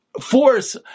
force